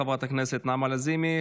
חברת הכנסת נעמה לזימי,